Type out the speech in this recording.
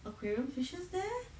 aquarium fishes there